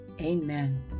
amen